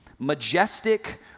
majestic